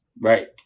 Right